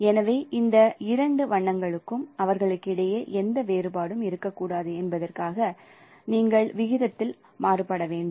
எனவே இந்த இரண்டு வண்ணங்களும் அவற்றுக்கிடையே எந்த வேறுபாடும் இருக்கக்கூடாது என்பதற்காக நீங்கள் விகிதத்தில் மாறுபட வேண்டும்